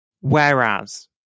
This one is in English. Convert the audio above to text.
Whereas